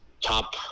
top